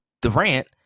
Durant